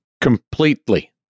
completely